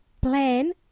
plan